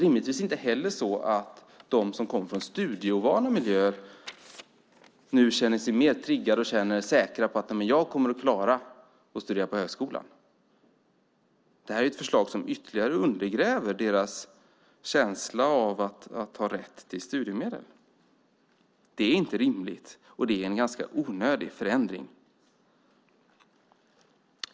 Rimligtvis är det inte heller så att de som kommer från studieovana miljöer nu känner sig mer triggade och känner sig säkra på att de klarar att studera vid högskola. I stället är det här fråga om ett förslag som ytterligare undergräver deras känsla av att ha rätt till studiemedel. Det som föreslås är inte rimligt. Dessutom är det en ganska onödig förändring.